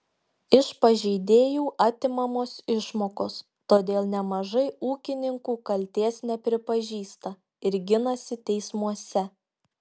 iš pažeidėjų atimamos išmokos todėl nemažai ūkininkų kaltės nepripažįsta ir ginasi teismuose